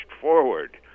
forward